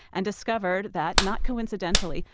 and discovered that, not coincidentally,